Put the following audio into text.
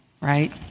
right